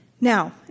Now